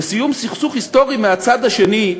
לסיום סכסוך היסטורי מהצד השני,